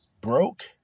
broke